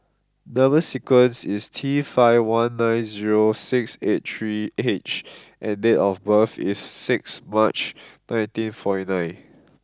number sequence is T five one nine zero six eight three H and date of birth is six March nineteen forty nine